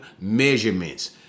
measurements